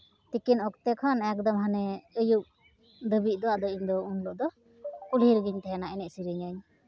ᱛᱤᱠᱤᱱ ᱚᱠᱛᱮ ᱠᱷᱚᱱ ᱮᱠᱫᱚᱢ ᱦᱟᱱᱮ ᱟᱹᱭᱩᱵ ᱫᱷᱟᱹᱵᱤᱡ ᱫᱚ ᱟᱫᱚ ᱤᱧᱫᱚ ᱩᱱ ᱦᱤᱞᱳᱜ ᱫᱚ ᱠᱩᱞᱦᱤ ᱨᱮᱜᱮᱧ ᱛᱟᱦᱮᱱᱟ ᱮᱱᱮᱡ ᱥᱮᱨᱮᱧ ᱟᱹᱧ